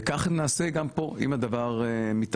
וכך נעשה גם פה אם הדבר מתאפשר,